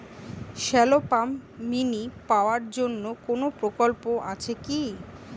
Shallow pump mini power জন্য কোনো প্রকল্প আছে কি?